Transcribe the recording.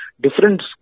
different